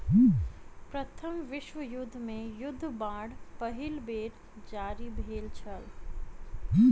प्रथम विश्व युद्ध मे युद्ध बांड पहिल बेर जारी भेल छल